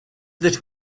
that